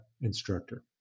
instructor